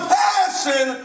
passion